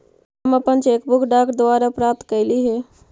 हम अपन cheque book डाक द्वारा प्राप्त कईली हे